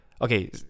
Okay